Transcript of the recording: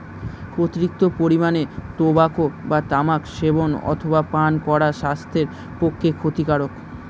অতিরিক্ত পরিমাণে টোবাকো বা তামাক সেবন অথবা পান করা স্বাস্থ্যের পক্ষে ক্ষতিকারক